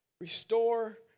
restore